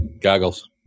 Goggles